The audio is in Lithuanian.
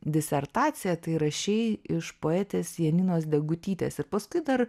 disertaciją tai rašei iš poetės janinos degutytės ir paskui dar